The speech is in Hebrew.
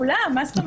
לכמה אנשים?